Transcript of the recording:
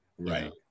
Right